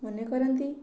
ମନେକରନ୍ତି